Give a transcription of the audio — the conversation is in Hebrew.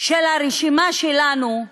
של הרשימה שלנו,